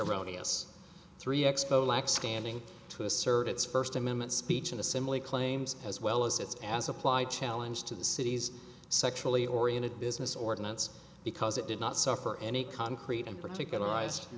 erroneous three expo lacks scanning to assert its first amendment speech and assembly claims as well as its as applied challenge to the city's sexually oriented business ordinance because it did not suffer any concrete and particular